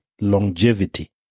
longevity